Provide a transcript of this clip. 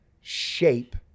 shape